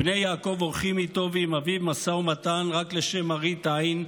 בני יעקב עורכים איתו ועם אביו משא ומתן רק לשם מראית עין,